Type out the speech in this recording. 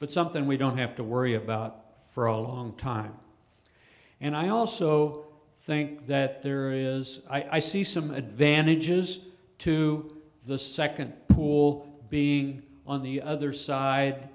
but something we don't have to worry about for a long time and i also think that there is i see some advantages to the second pool being on the other side